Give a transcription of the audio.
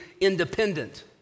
independent